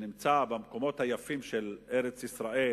שנמצא במקומות היפים של ארץ-ישראל,